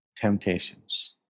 temptations